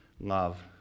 love